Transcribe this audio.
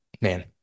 man